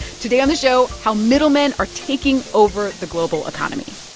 today on the show, how middlemen are taking over the global economy